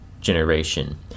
generation